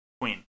queen